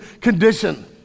condition